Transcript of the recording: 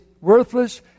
worthless